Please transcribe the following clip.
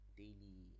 daily